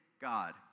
God